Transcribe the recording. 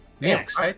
Next